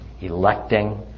electing